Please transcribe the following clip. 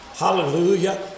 Hallelujah